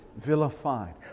vilified